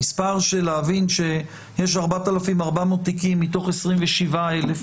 המספר להבין שיש 4,400 תיקים מתוך 27,000,